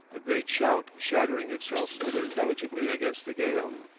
a great shout shattering itself unintelligibly against the gale.